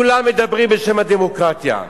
כולם מדברים בשם הדמוקרטיה,